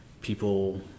people